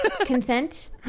Consent